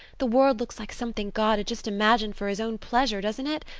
the world looks like something god had just imagined for his own pleasure, doesn't it?